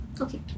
Okay